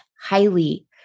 highly